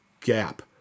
gap